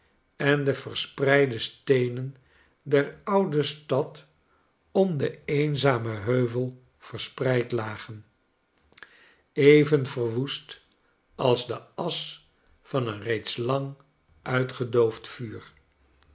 en de verspreide steenen der oude stad om den eenzamen heuvel verspreid lagen even verwoest als de asch van een reeds lang uitgedoofd vuur